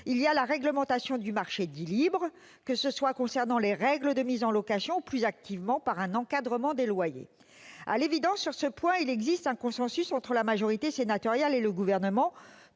il y a la réglementation du marché dit « libre » que ce soit concernant les règles de mise en location ou plus activement par un encadrement des loyers. À l'évidence, sur ce point, il existe un consensus entre la majorité sénatoriale et le Gouvernement